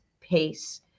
Pace